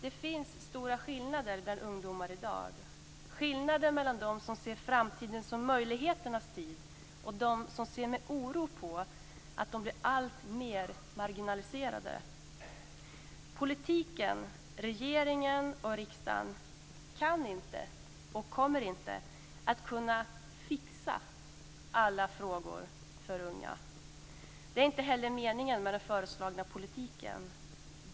Det finns stora skillnader bland ungdomar i dag - skillnader mellan dem som ser framtiden som möjligheternas tid och dem som ser med oro på att de blir alltmer marginaliserade. Politiken, regeringen och riksdagen, kan inte, och kommer inte, att kunna "fixa" alla frågor för unga. Det är inte heller meningen med den föreslagna politiken.